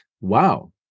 wow